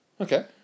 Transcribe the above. Okay